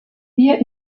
wir